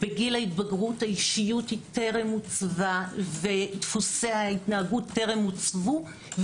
בגיל ההתבגרות האישיות טרם עוצבה ודפוסי ההתנהגות טרם עוצבו.